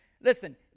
listen